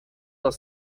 the